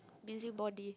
busybody